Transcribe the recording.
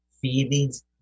Feelings